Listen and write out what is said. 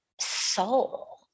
soul